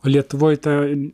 o lietuvoj ta